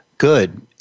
Good